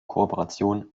kooperation